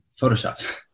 Photoshop